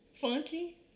Funky